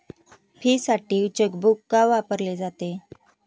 फीसाठी चेकबुक का वापरले जाते?